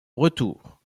retour